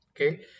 okay